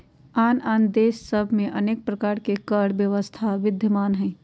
आन आन देश सभ में अनेक प्रकार के कर व्यवस्था विद्यमान हइ